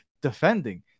defending